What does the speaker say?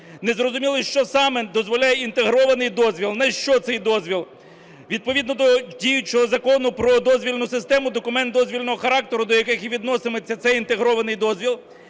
Не зрозуміло, що саме дозволяє інтегрований дозвіл, на що цей дозвіл. Відповідно до діючого Закону про дозвільну систему документ дозвільного характеру, до яких і відноситиметься цей інтегрований дозвіл,